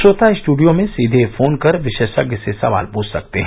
श्रोता स्टूडियो में सीधे फोन कर विशेषज्ञ से सवाल पूछ सकते हैं